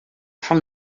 from